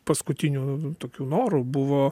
paskutinių tokių norų buvo